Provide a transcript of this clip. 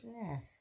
Yes